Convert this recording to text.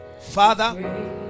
Father